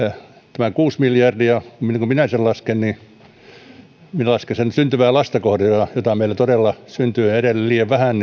tämä kuusi miljardia niin kuin minä sen lasken minä lasken sen syntyvää lasta kohden joita meillä todella syntyy edelleen liian vähän